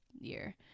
year